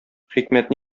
хикмәт